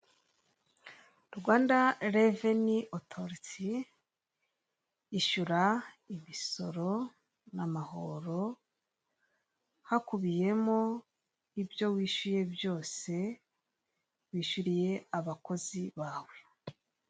Rwanda eveni otoriti, ishyura imisoro n'amahoro hakubiyemo ibyo wishyuye byose, wishyuriye abakozi bawe.